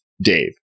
Dave